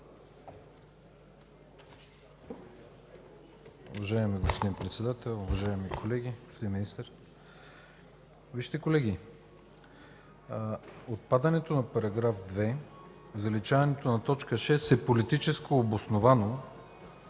Вижте, колеги, отпадането на § 2, заличаването на т. 6 е политически обосновано,